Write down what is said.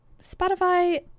spotify